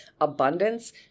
abundance